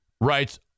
writes